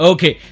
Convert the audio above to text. Okay